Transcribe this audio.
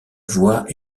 voix